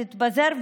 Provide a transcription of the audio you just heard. תתפזר,